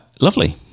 lovely